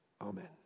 Amen